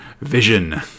vision